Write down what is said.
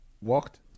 walked